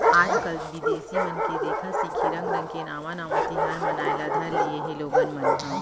आजकाल बिदेसी मन के देखा सिखी रंग रंग के नावा नावा तिहार मनाए ल धर लिये हें लोगन मन ह